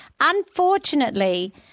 unfortunately